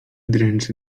dręczy